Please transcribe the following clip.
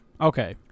Okay